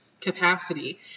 capacity